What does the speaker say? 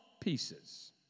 pieces